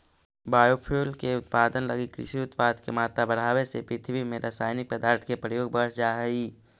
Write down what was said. biofuel के उत्पादन लगी कृषि उत्पाद के मात्रा बढ़ावे से पृथ्वी में रसायनिक पदार्थ के प्रयोग बढ़ जा हई